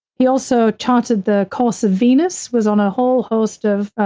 he also charted the course of venus was on a whole host of,